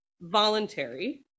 Voluntary